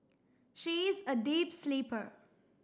she is a deep sleeper